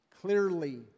clearly